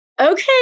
Okay